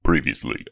Previously